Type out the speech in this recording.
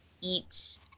eat